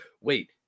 wait